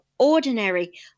ordinary